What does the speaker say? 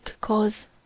cause